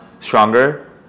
stronger